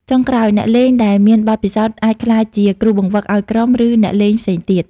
ចុងក្រោយ អ្នកលេងដែលមានបទពិសោធន៍អាចក្លាយជា គ្រូបង្វឹក ឱ្យក្រុម ឬអ្នកលេងផ្សេងទៀត។